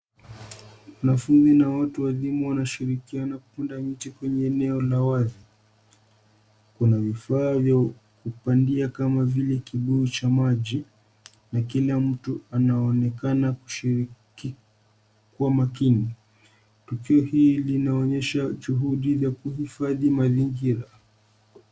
Wanafunzi na watu wazima wanashirikiana kupanda miti kwenye eneo la wazi. Kuna vifaa vya kupandia kama vile kibuyu cha maji na kila mtu anaonekana kushiriki kwa makini. Tukio hili laonyesha juhudi za kuhifadhi mazingira.